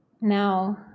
Now